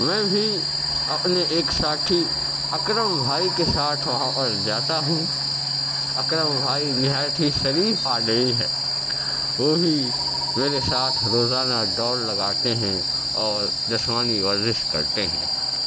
میں بھی اپنے ایک ساٹھی اکرم بھائی کے ساتھ وہاں پر جاتا ہوں اکرم بھائی نہایت ہی شریف آدمی ہیں وہ بھی میرے ساتھ روزانہ دوڑ لگاتے ہیں اور جسمانی ورزش کرتے ہیں